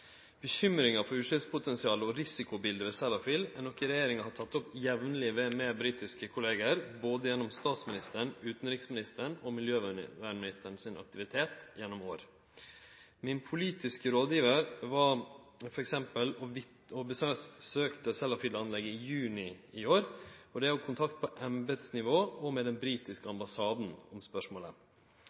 Bekymringa for utsleppspotensialet og risikobiletet ved Sellafield er noko regjeringa har teke opp jamleg med britiske kolleger, både statsministeren, utanriksministeren og miljøvernministeren, gjennom deira aktivitet gjennom år. Min politiske rådgjevar besøkte f.eks. Sellafield-anlegget i juni i år. Det er òg kontakt på embetsnivå og med den britiske ambassaden om spørsmålet.